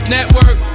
Network